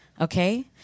okay